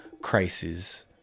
crisis